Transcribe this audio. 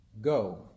Go